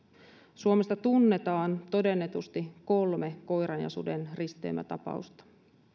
suomesta tunnetaan todennetusti kolme koiran ja suden risteymätapausta